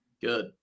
good